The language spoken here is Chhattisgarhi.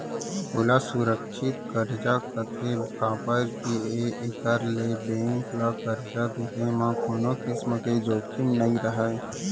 ओला सुरक्छित करजा कथें काबर के एकर ले बेंक ल करजा देहे म कोनों किसम के जोखिम नइ रहय